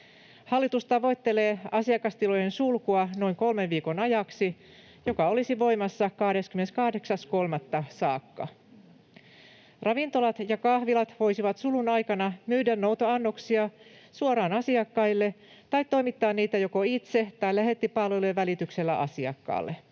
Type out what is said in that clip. Hallitus tavoittelee asiakastilojen sulkua noin kolmen viikon ajaksi, joka olisi voimassa 28.3. saakka. Ravintolat ja kahvilat voisivat sulun aikana myydä noutoannoksia suoraan asiakkaille tai toimittaa niitä joko itse tai lähettipalvelujen välityksellä asiakkaalle.